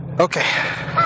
Okay